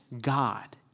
God